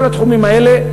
כל התחומים האלה,